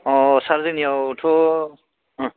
अ सार जोंनियावथ' अ